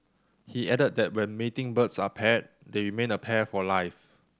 he added that when mating birds are paired they remain a pair for life